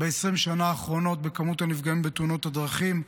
ב-20 השנים האחרונות במספר הנפגעים בתאונות הדרכים,